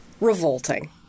revolting